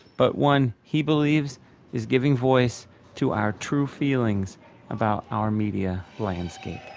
but one he believes is giving voice to our true feelings about our media landscape